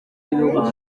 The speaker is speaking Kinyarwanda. z’ibihugu